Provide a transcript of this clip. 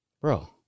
Bro